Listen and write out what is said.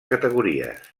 categories